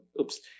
oops